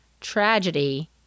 tragedy